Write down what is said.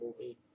movie